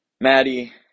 Maddie